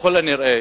ככל הנראה